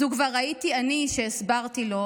/ זאת כבר הייתי אני / שהסברתי לו,